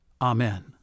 Amen